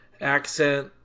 accent